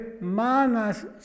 manas